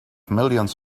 millions